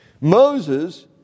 Moses